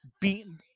beaten